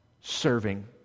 Serving